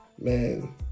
Man